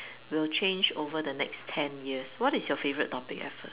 will change over the next ten years what is your favourite topic